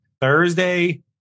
Thursday